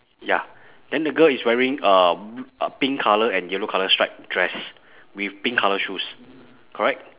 ya then the girl is wearing uh b~ pink colour and yellow colour stripe dress with pink colour shoes correct